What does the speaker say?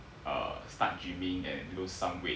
uh start gym-ing and lose some weight